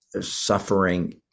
suffering